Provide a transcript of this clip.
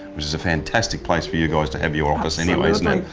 which is a fantastic place for you guys to have your office anyway isn't it?